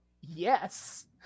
Yes